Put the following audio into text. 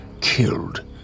killed